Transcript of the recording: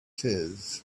his